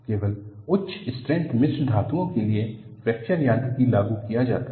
केवल उच्च स्ट्रेंथ मिश्र धातुओं के लिए फ्रैक्चर यांत्रिकी लागू किया जाता है